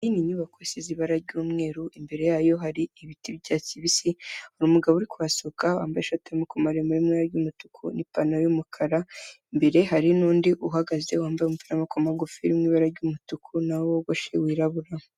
Iyi ni inyubako isize ibara ry'umweru, imbere yayo hari ibiti by'icyatsi kibisi, hari umugabo uri kuhasohoka wambaye ishati y'amaboko maremare iri mu ibara ry'umutuku n'ipantaro y'umukara, imbere hari n'undi uhagaze wambaye umupira w'amaboko magufi uri mu ibara ry'umutuku na we wogoshe wirabura.